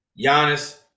Giannis